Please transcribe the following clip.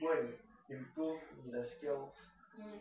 go and improve 你的 skills